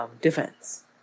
defense